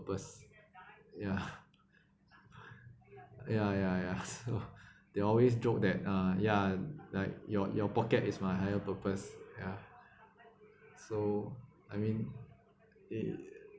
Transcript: purpose ya ya ya ya so they always joke that uh ya like your your pocket is my higher purpose ya so I mean in